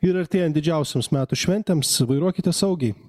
ir artėjant didžiausioms metų šventėms vairuokite saugiai